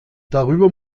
darüber